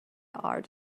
art